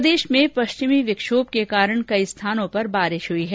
प्रदेश में पश्चिमी विक्षोभ के कारण कई स्थानों पर बरसात हुई है